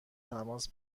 تماس